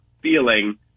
feeling